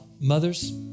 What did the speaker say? Mothers